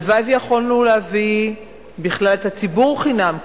הלוואי שיכולנו להביא בכלל את הציבור חינם,